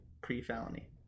pre-felony